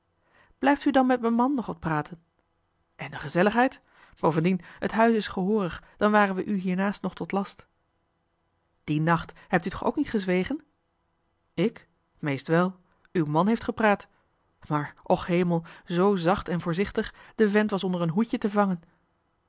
blijft u dan met me man nog wat praten en de gezelligheid bovendien het huis johan de meester de zonde in het deftige dorp is gehoorig dan waren we u hiemaast nog tot last die nacht hebt u toch ook niet gezwegen ik meest wel uw man heeft gepraat maar och hemel zoo zacht en voorzichtig de vent was onder een hoedje te vangen